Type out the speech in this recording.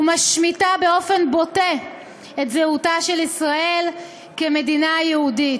ומשמיטה באופן בוטה את זהותה של ישראל כמדינה יהודית.